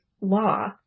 law